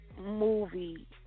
movie